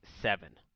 seven